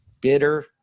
Bitter